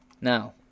Now